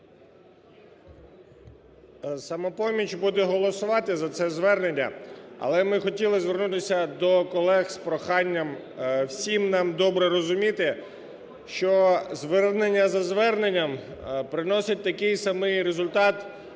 "Самопоміч" буде голосувати за це звернення. Але ми хотіли звернутися до колег з проханням всім нам добре розуміти, що звернення за зверненням приносить такий самий результат